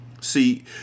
See